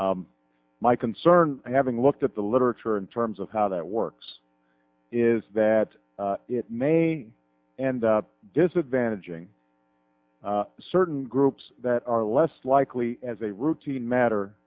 my concern having looked at the literature in terms of how that works is that it may and disadvantaging certain groups that are less likely as a routine matter